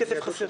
הכסף חסר.